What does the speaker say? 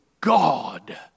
God